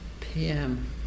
PM